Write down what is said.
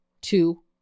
Two